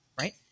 Right